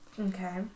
Okay